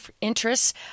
interests